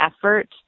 effort